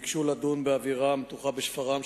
ביקשו לדון באווירה המתוחה בשפרעם,